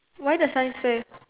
why the sign say